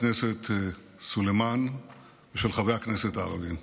הכנסת סלימאן ושל חברי הכנסת הערבים.